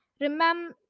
remember